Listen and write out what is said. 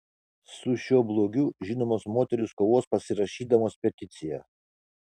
su šiuo blogiu žinomos moterys kovos pasirašydamos peticiją